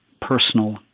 personal